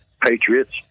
patriots